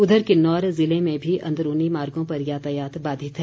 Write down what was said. उधर किन्नौर ज़िले में भी अंदरूनी मार्गो पर यातायात बाधित है